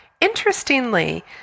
Interestingly